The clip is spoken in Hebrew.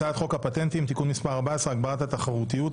הצעת חוק הפטנטים (תיקון מס' 14)(הגברת התחרותיות),